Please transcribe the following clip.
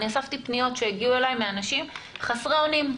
אספתי פניות שהגיעו אליי מאנשים חסרי אונים.